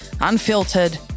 unfiltered